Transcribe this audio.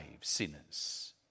sinners